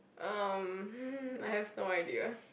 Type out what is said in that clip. um I have no idea